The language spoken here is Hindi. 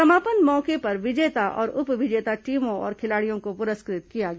समापन मौके पर विजेता और उपविजेता टीमों तथा खिलाड़ियों को पुरस्कृत किया गया